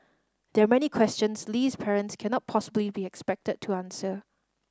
there are many questions Lee's parents cannot possibly be expected to answer